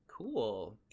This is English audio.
Cool